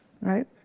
Right